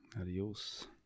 Adios